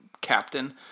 captain